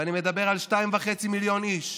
ואני מדבר על 2.5 מיליון איש,